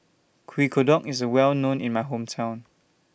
Kueh Kodok IS Well known in My Hometown